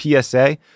PSA